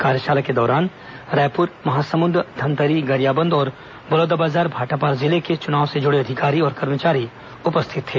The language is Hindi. कार्यशाला के दौरान रायपुर महासमुंद धमतरी गरियाबंद और बलौदाबाजार भाटापारा जिले के चुनाव से जुड़े अधिकारी कर्मचारी उपस्थित थे